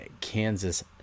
Kansas